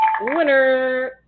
winner